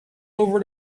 over